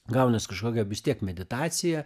gaunas kažkokia vis tiek meditacija